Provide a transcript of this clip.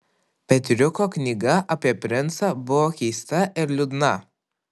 petriuko knyga apie princą buvo keista ir liūdna